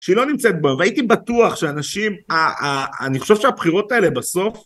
שהיא לא נמצאת בו והייתי בטוח שאנשים, אני חושב שהבחירות האלה בסוף